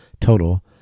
total